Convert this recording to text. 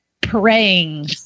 praying